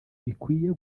bikwiriye